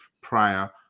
prior